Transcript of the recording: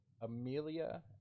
Amelia